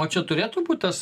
o čia turėtų būt tas